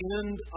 end